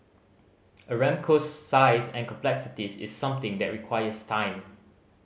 Aramco's size and complexities is something that requires time